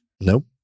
Nope